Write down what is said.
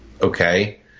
okay